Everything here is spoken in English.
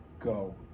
go